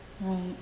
right